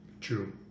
True